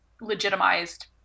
legitimized